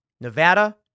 Nevada